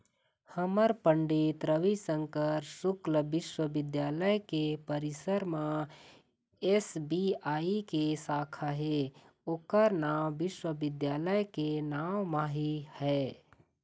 हमर पंडित रविशंकर शुक्ल बिस्वबिद्यालय के परिसर म एस.बी.आई के साखा हे ओखर नांव विश्वविद्यालय के नांव म ही है